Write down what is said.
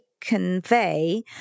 convey